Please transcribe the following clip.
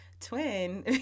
twin